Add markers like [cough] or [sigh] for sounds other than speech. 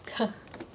[noise]